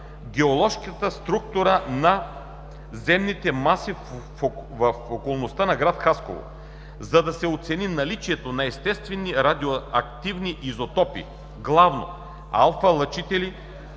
геоложката структура на земните маси в околността на град Хасково, за да се оцени наличието на естествени радиоактивни изотопи – главно алфа лъчители